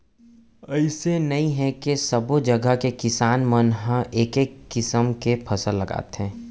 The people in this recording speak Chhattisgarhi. अइसे नइ हे के सब्बो जघा के किसान मन ह एके किसम के फसल लगाथे